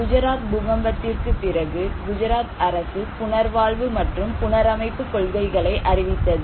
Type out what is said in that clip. குஜராத் பூகம்பத்திற்குப் பிறகு குஜராத் அரசு புனர்வாழ்வு மற்றும் புனரமைப்பு கொள்கையை அறிவித்தது